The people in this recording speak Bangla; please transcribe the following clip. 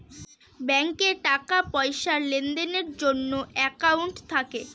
ব্যাঙ্কে টাকা পয়সার লেনদেনের জন্য একাউন্ট থাকে